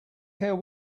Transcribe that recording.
care